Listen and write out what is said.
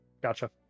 Gotcha